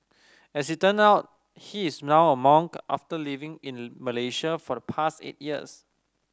as it turn out he is now a monk after living in Malaysia for the past eight years